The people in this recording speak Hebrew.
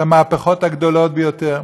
את המהפכות הגדולות ביותר,